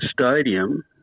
Stadium